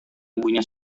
ibunya